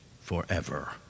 forever